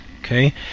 okay